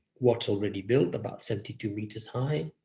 what's already built, about seventy two meters high,